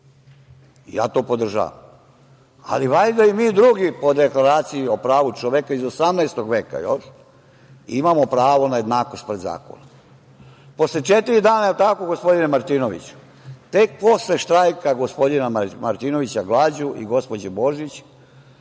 Ja to podržavam, ali valjda i mi drugi po Deklaraciji o pravu čoveka iz 18. veka imamo pravo na jednakost pred zakonom. Posle četiri dana, jel tako gospodine Martinoviću, tek posle štrajka glađu gospodina Martinovića i gospođe Božić